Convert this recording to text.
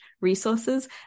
resources